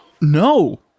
No